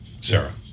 Sarah